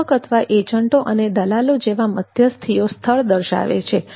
ગ્રાહક અથવા એજન્ટો અને દલાલો જેવા મધ્યસ્થીઓ સ્થળ દર્શાવે છે